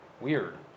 Weird